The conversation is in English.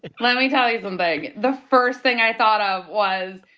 and let me tell you something. the first thing i thought of was,